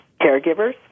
caregivers